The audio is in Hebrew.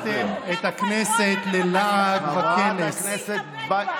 הפכתם את הכנסת ללעג וקלס, חברת הכנסת.